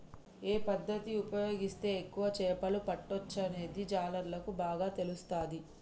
ఏ పద్దతి ఉపయోగిస్తే ఎక్కువ చేపలు పట్టొచ్చనేది జాలర్లకు బాగా తెలుస్తది